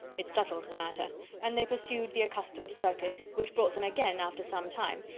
it settled the matter and they pursued the accustomed circuit which brought them again, after some time,